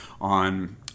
on